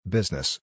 Business